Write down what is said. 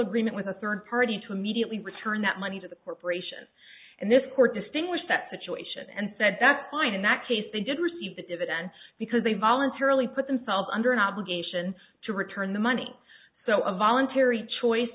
agreement with a third party to immediately return that money to the corporation and this court distinguish that situation and said that's fine in that case they didn't receive the dividend because they voluntarily put themselves under an obligation to return the money so a voluntary choice